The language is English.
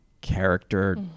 character